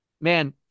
man